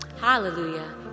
Hallelujah